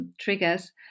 triggers